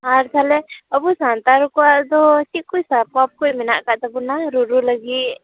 ᱟᱨ ᱛᱟᱦᱚᱞᱮ ᱟᱵᱚ ᱥᱟᱱᱛᱟᱲ ᱠᱚᱭᱟᱜ ᱫᱚ ᱪᱮᱫᱠᱚ ᱥᱟᱯᱟᱯ ᱠᱚ ᱢᱮᱱᱟᱜ ᱟᱠᱟᱫ ᱛᱟᱵᱚᱱᱟ ᱨᱩᱨᱩᱭ ᱞᱟᱹᱜᱤᱫ